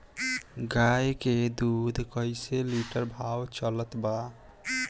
गाय के दूध कइसे लिटर भाव चलत बा?